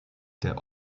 der